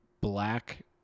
black